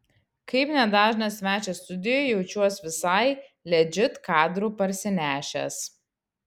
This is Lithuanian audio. kaip nedažnas svečias studijoj jaučiuos visai ledžit kadrų parsinešęs